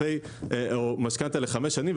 או משכנתה לחמש שנים,